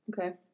okay